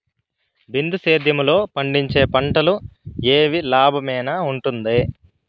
బిందు సేద్యము లో పండించే పంటలు ఏవి లాభమేనా వుంటుంది?